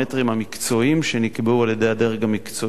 המקצועיים שנקבעו על-ידי הדרג המקצועי,